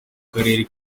karere